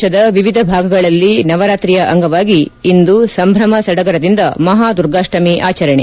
ದೇಶದ ವಿವಿಧ ಭಾಗಗಳಲ್ಲಿ ನವರಾತ್ರಿಯ ಅಂಗವಾಗಿ ಇಂದು ಸಂಭ್ರಮ ಸಡಗರದಿಂದ ಮಹಾ ದುರ್ಗಾಷ್ಟಮಿ ಆಚರಣೆ